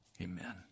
Amen